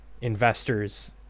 investors